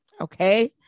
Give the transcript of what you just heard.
okay